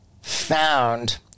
found